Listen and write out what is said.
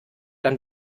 dann